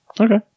Okay